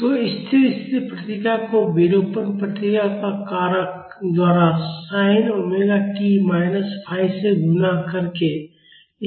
तो स्थिर स्थिति प्रतिक्रिया को विरूपण प्रतिक्रिया कारक द्वारा sin omega t minus phi से गुणा करके